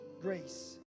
grace